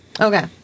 Okay